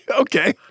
Okay